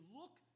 look